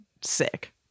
sick